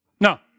No